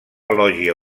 lògia